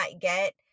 get